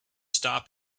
stop